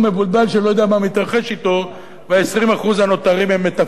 שלא יודע מה מתרחש אתו ו-20% הנותרים הם מתווכים,